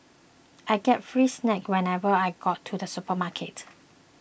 I get free snacks whenever I go to the supermarket